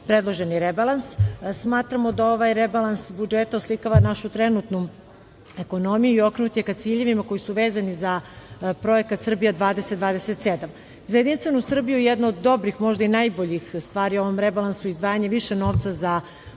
predloženi rebalans. Smatramo da ovaj rebalans budžeta oslikava našu trenutnu ekonomiju i okrenut je ka ciljevima koji su vezani za projekat Srbija 2027.Za JS jedna od dobrih, možda i najboljih stvari u ovom rebalansu, izdvajanje više novca za